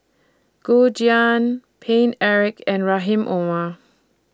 Gu Juan Paine Eric and Rahim Omar